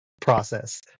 process